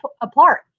apart